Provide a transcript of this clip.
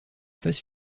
phase